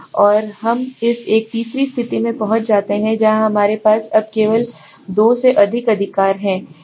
और हम एक तीसरी स्थिति में पहुंच जाते हैं जहां हमारे पास अब तक केवल दो से अधिक अधिकार हैं